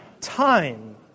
time